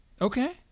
Okay